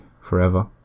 Forever